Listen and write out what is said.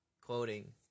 Quoting